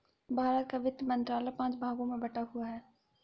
भारत का वित्त मंत्रालय पांच भागों में बटा हुआ है